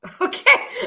Okay